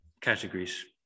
categories